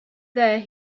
there